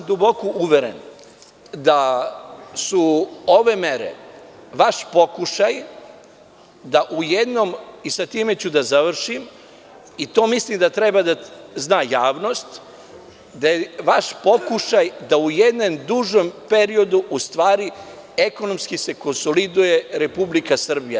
Duboko sam uveren, da su ove mere vaš pokušaj da u jednom, i sa time završavam, i to mislim da treba da zna javnost, da je vaš pokušaj da u jedan duži period u stvari ekonomski se konsoliduje Republika Srbija.